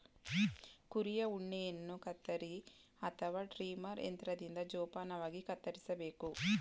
ಕುರಿಯ ಉಣ್ಣೆಯನ್ನು ಕತ್ತರಿ ಅಥವಾ ಟ್ರಿಮರ್ ಯಂತ್ರದಿಂದ ಜೋಪಾನವಾಗಿ ಕತ್ತರಿಸಬೇಕು